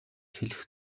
хэлэх